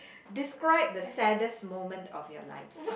describe the saddest moment of your life